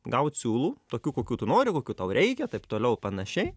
gaut siūlų tokių kokių tu nori kokių tau reikia taip toliau panašiai